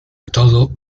todo